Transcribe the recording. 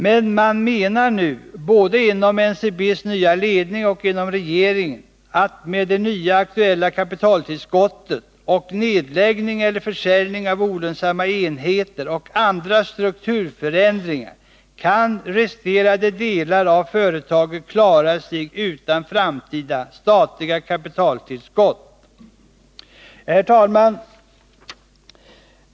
Men man menar nu både inom NCB:s nya ledning och inom regeringen att resterande delar av företaget kan med det nu aktuella kapitaltillskottet och nedläggning eller försäljning av vissa olönsamma enheter och andra strukturförändringar klara sig utan framtida statliga kapitaltillskott. Herr talman!